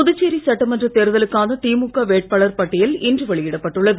புதுச்சேரி சட்டமன்றத் தேர்தலுக்கான திமுக வேட்பாளர் பட்டியல் இன்று வெளியிடப்பட்டுள்ளது